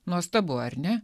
nuostabu ar ne